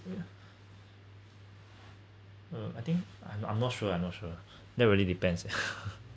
uh uh I think I'm I'm not sure I'm not sure that really depends